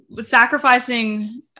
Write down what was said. sacrificing